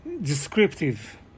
descriptive